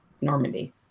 Normandy